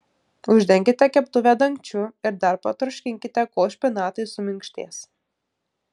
uždenkite keptuvę dangčiu ir dar patroškinkite kol špinatai suminkštės